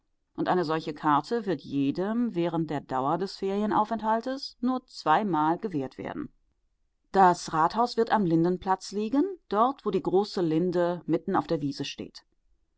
und eine solche karte wird jedem während der dauer des ferienaufenthaltes nur zweimal gewährt werden das rathaus wird am lindenplatz liegen dort wo die große linde mitten auf der wiese steht